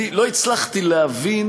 אני לא הצלחתי להבין